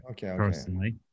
personally